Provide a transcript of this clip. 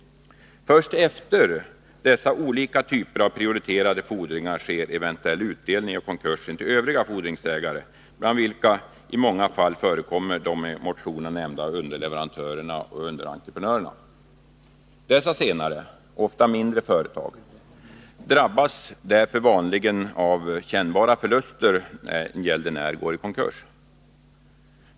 Först efter dessa olika typer av prioriterade fordringar sker eventuell utdelning i konkursen till övriga fordringsägare, bland vilka i många fall förekommer de i motionerna nämnda underleverantörerna och underentreprenörerna. Dessa senare — ofta mindre företag — drabbas därför vanligen av kännbara förluster när gäldenär går i konkurs.